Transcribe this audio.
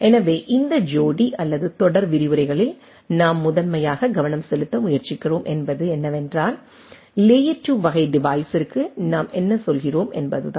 எனவே இந்த ஜோடி அல்லது தொடர் விரிவுரைகளில் நாம் முதன்மையாக கவனம் செலுத்த முயற்சிக்கிறோம் என்பது என்னவென்றால் லேயர் 2 வகை டிவைஸிற்கு நாம் என்ன செல்கிறோம் என்பதுதான்